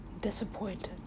Disappointed